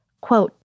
Quote